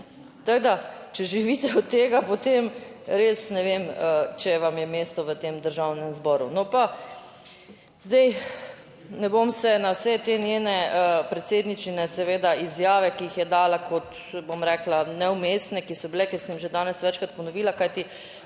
tako da, če živite od tega, potem res ne vem, če vam je mesto v tem Državnem zboru. No, pa zdaj, ne bom se na vse te njene, predsedničine seveda izjave, ki jih je dala kot, bom rekla, neumestne, ki so bile, ker sem že danes večkrat ponovila, kajti